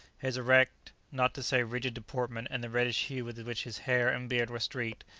his erect, not to say rigid deportment, and the reddish hue with which his hair and beard were streaked,